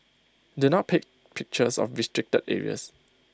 do not take pictures of restricted areas